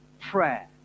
prayer